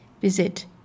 Visit